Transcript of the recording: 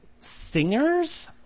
singers